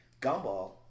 Gumball